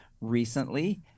recently